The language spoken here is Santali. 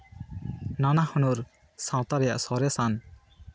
ᱱᱟᱱᱟ ᱦᱩᱱᱟᱹᱨ ᱥᱟᱶᱛᱟ ᱨᱮᱱᱟᱝ ᱥᱚᱨᱮᱥᱟᱱ